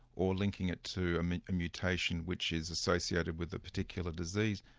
or linking it to a mutation which is associated with a particular disease,